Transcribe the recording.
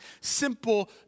simple